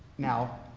now,